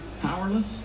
powerless